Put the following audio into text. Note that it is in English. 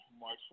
March